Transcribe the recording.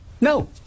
No